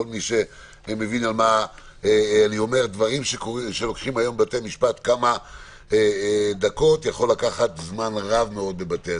מה שלוקח היום דקות בבתי-המשפט יכול לקחת כמה ימים בבתי-הדין.